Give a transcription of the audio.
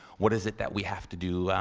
what is it that we have to do?